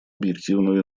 объективную